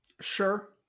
Sure